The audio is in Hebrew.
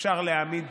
אפשר להעמיד